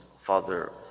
Father